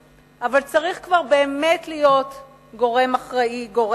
אבל צריך כבר להיות באמת גורם אחראי, גורם ריבוני.